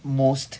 most